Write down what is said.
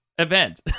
event